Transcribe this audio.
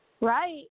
Right